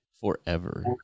forever